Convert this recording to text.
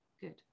Good